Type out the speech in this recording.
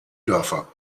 dörfer